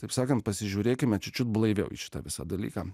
taip sakant pasižiūrėkime atidžiau blaiviau į šitą visą dalyką